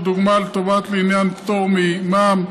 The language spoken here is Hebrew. לדוגמה לטובת עניין פטור ממע"מ,